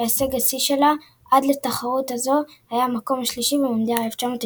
שהישג השיא שלה עד לתחרות הזו היה המקום השלישי במונדיאל 1998.